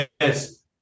Yes